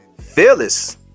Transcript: Phyllis